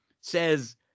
says